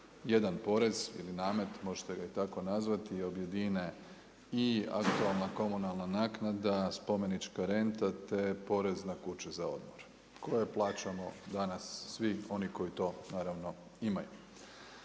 jedan porez ili namet, možete ga i tako nazvati, objedine i aktualna komunalna naknada, spomenička renta, te porez na kuće za odmor, koje plaćamo danas, svi oni koji to naravno imaju.